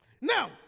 now